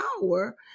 power